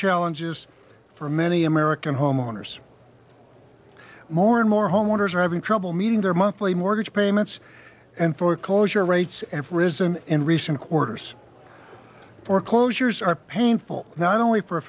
challenges for many american homeowners more and more homeowners are having trouble meeting their monthly mortgage payments and foreclosure rates and risen in recent quarters foreclosures are painful not only for